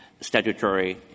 statutory